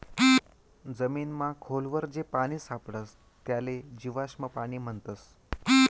जमीनमा खोल वर जे पानी सापडस त्याले जीवाश्म पाणी म्हणतस